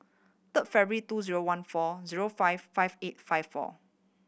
third February two zero one four zero five five eight five four